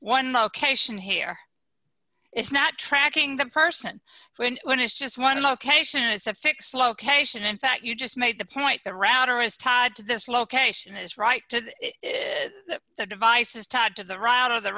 one location here it's not tracking the person when one is just one location it's a fixed location in fact you just made the point the router is tied to this location is right to the device is tied to the route of the